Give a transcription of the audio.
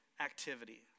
activity